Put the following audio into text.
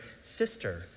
sister